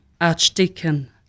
Archdeacon